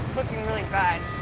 really bad.